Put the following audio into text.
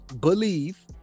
believe